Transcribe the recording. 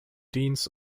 deans